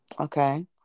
Okay